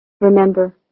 Remember